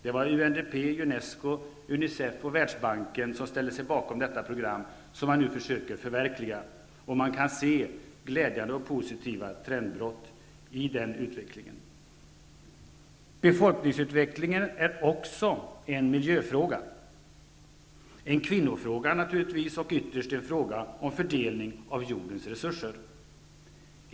Det var UNDP, Unesco, Unicef och Världsbanken som ställde sig bakom detta program, som man nu försöker förverkliga. Vi kan se glädjande och positiva trendbrott i denna utveckling. Befolkningsutvecklingen är också en miljöfråga, en kvinnofråga naturligtvis och ytterst en fråga om fördelning av jordens resurser.